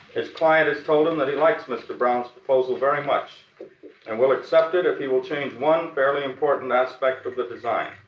his client has told him that he likes mr. brown's proposal very much and will accept it if he will change one fairly important aspect of the design.